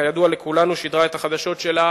וכידוע לכולנו שידרה את החדשות שלה